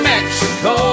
Mexico